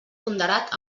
ponderat